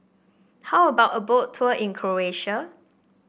how about a Boat Tour in Croatia